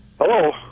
Hello